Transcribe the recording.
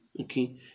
okay